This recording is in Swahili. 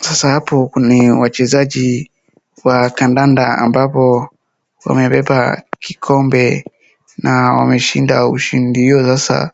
Sasa hapo kuna wachezaji wa kandanda ambao wamebeba kikombe na wameshinda ushindi huo sasa